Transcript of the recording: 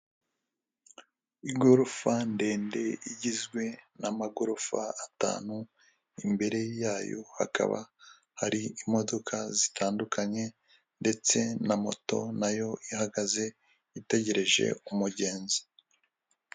Igorofa ndende igizwe n'amagorofa atanu, imbere yayo hakaba hari imodoka zitandukanye ndetse na moto nayo ihagaze itegereje umugenzi.